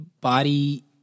body